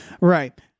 Right